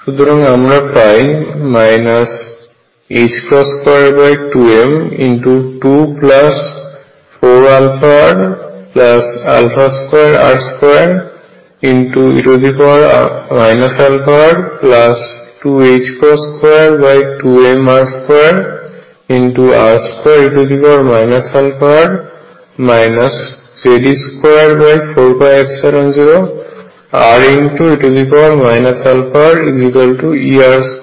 সুতরাং আমরা পাই 22m24αr2r2e αr222mr2r2e αr Ze24π0re αrEr2e αr